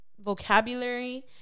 vocabulary